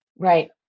Right